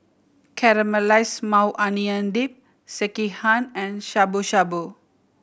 Caramelized Maui Onion Dip Sekihan and Shabu Shabu